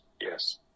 yes